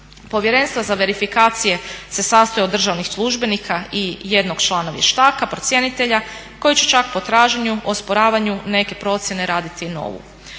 Povjerenstvo za verifikacije se sastoji od državnih službenika i jednog člana vještaka procjenitelja koji će čak po traženju osporavanju neke procjene raditi novu.